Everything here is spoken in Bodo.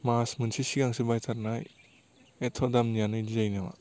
मास मोनसे सिगांसो बायथारनाय एथ्थ' दामनियानो इदि जायो नामा